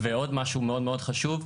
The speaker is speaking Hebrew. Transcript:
ועוד משהו מאוד מאוד חשוב.